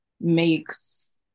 makes